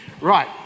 Right